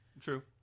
true